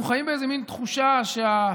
אנחנו חיים באיזה מין תחושה שהפרעות